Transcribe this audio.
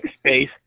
space